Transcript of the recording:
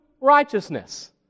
righteousness